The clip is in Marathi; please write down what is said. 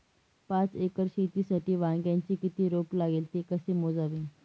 पाच एकर शेतीसाठी वांग्याचे किती रोप लागेल? ते कसे मोजावे?